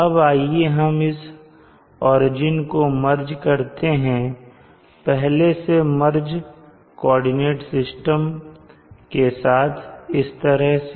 अब आइए हम इस ओरिजिन को मर्ज करते हैं पहले से मर्ज कोऑर्डिनेट एक्सिस सिस्टम के साथ इस तरह से